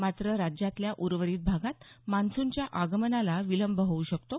मात्र राज्यातल्या उर्वरित भागात मान्सूनच्या आगमनाला विलंब होऊ शकतो